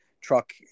truck